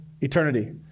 eternity